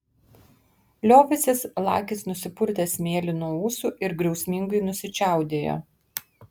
liovęsis lakis nusipurtė smėlį nuo ūsų ir griausmingai nusičiaudėjo